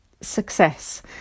success